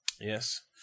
Yes